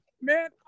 man